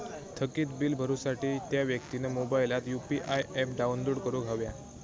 थकीत बील भरुसाठी त्या व्यक्तिन मोबाईलात यु.पी.आय ऍप डाउनलोड करूक हव्या